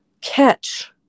catch